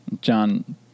John